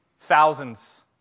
thousands